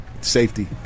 Safety